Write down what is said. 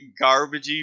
garbagey